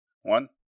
one